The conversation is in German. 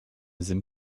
sim